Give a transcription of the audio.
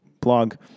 blog